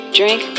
drink